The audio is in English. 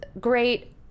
great